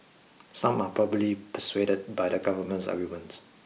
some are probably persuaded by the government's arguments